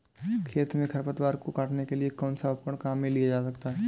खेत में खरपतवार को काटने के लिए कौनसा उपकरण काम में लिया जाता है?